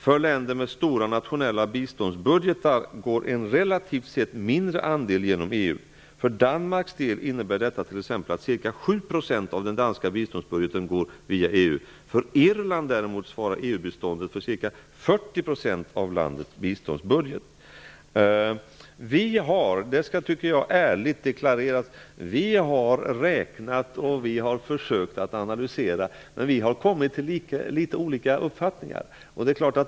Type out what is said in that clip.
För länder med stora nationella biståndsbudgetar går en relativt sett mindre andel genom EU. För Danmarks del innebär detta t.ex. att ca 7 % av den danska biståndsbudgeten går via EU. För Irland däremot svarar EU-biståndet för ca 40 % av landets biståndsbudget. Det skall ärligt deklareras att vi har räknat och försökt att analysera, men vi har kommit till litet olika uppfattningar.